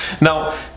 now